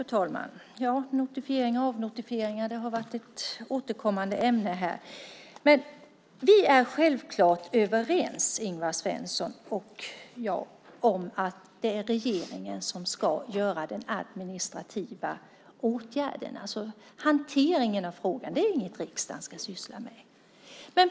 Fru talman! Notifieringar och avnotifieringar har varit ett återkommande ämne här. Ingvar Svensson och jag är självklart överens om att det är regeringen som ska sköta de administrativa åtgärderna. Hanteringen av frågan ska riksdagen inte syssla med.